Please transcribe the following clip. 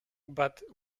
but